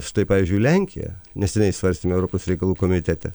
štai pavyzdžiui lenkija neseniai svarstėm europos reikalų komitete